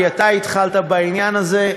כי אתה התחלת בעניין זה,